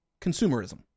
Consumerism